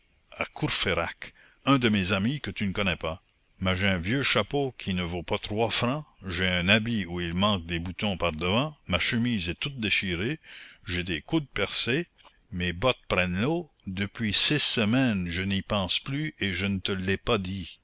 à courfeyrac un de mes amis que tu ne connais pas mais j'ai un vieux chapeau qui ne vaut pas trois francs j'ai un habit où il manque des boutons par devant ma chemise est toute déchirée j'ai les coudes percés mes bottes prennent l'eau depuis six semaines je n'y pense plus et je ne te l'ai pas dit